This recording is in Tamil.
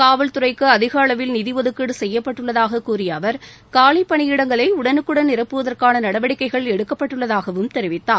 காவல் துறைக்கு அதிக அளவில் நிதி ஒதுக்கீடு செய்யப்பட்டுள்ளதாகக் கூறிய அவர் காலி பணியிடங்களை உடனுக்குடன் நிரப்புவதற்கான நடவடிக்கைகள் எடுக்கப்பட்டுள்ளதாகவும் தெரிவித்தார்